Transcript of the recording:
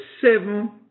seven